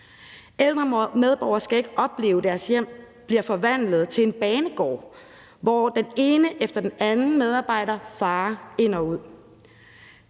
Ældre medborgere skal ikke opleve, at deres hjem bliver forvandlet til en banegård, hvor den ene medarbejder efter den anden farer ind og ud.